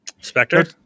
Spectre